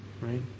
right